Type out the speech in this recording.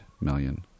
million